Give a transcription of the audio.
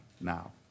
now